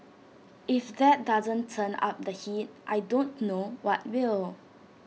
if that doesn't turn up the heat I don't know what will